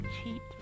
Cheap